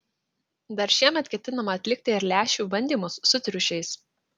dar šiemet ketinama atlikti ir lęšių bandymus su triušiais